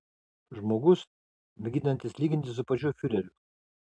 žmogus mėginantis lygintis su pačiu fiureriu